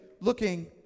looking